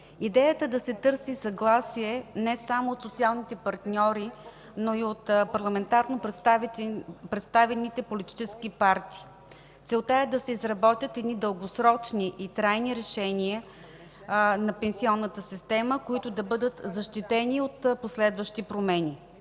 Идеята е да се търси съгласие не само от социалните партньори, но и от парламентарно представените политически партии. Целта е да се изработят дългосрочни и трайни решения на пенсионната система, които да бъдат защитени от последващи промени.